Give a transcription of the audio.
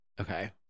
Okay